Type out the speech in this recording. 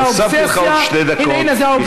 הוספתי לך עוד שתי דקות, הינה, הינה.